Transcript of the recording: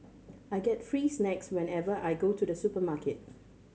I get free snacks whenever I go to the supermarket